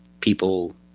people